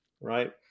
right